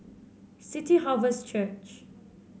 City Harvest Church